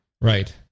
Right